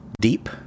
deep